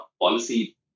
policy